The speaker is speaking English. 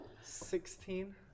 Sixteen